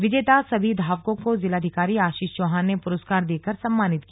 विजेता सभी धावकों को जिलाधिकारी आशीष चौहान ने पुरस्कार देकर सम्मानित किया